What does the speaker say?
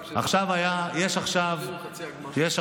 אני